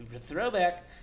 throwback